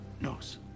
knows